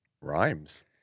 Rhymes